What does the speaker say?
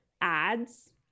ads